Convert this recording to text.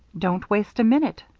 don't waste a minute,